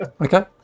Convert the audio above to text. okay